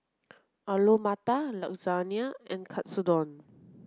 Alu Matar Lasagna and Katsudon